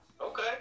Okay